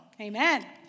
amen